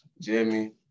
Jimmy